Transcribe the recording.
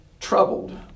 Troubled